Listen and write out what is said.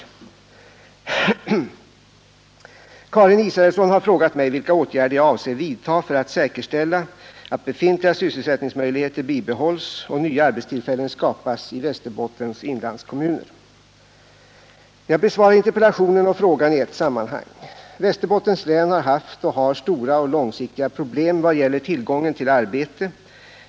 Karin Israelsson har frågat mig vilka åtgärder jag avser vidta för att säkerställa att befintliga sysselsättningsmöjligheter bibehålls och nya arbetstillfällen skapas i Västerbottens inlandskommuner. Jag besvarar interpellationen och frågan i ett sammanhang. Västerbottens län har haft och har stora och långsiktiga problem vad gäller tillgången till arbete.